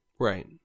Right